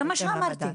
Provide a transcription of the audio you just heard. זה מה שאמרתי.